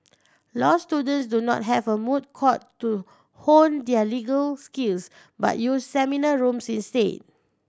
law students do not have a moot court to hone their legal skills but use seminar rooms instead